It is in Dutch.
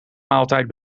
maaltijd